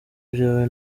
byawe